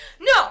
no